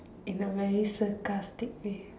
in a very sarcastic way